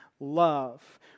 love